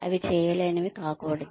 అవి చేయలేనివి కాకూడదు